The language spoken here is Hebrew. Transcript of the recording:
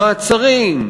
מעצרים,